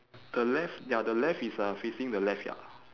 the left ya the left is uh facing the left ya